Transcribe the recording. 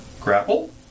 Grapple